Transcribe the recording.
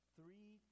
three